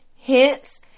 hence